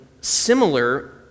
similar